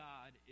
God